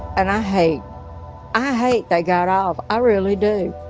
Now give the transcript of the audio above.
and i hate i hate they got off. i really do.